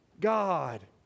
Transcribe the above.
God